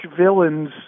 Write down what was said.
villains